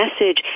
message